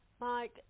Mike